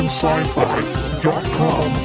sci-fi.com